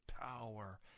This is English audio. power